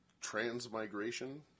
transmigration